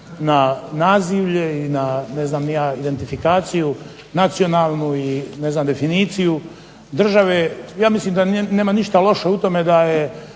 na ne znam ni ja identifikaciju nacionalnu i ne znam definiciju države ja mislim da nema ništa loše u tome da je